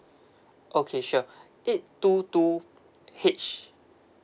okay sure eight two two H